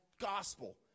gospel